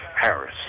Harris